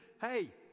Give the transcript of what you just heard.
hey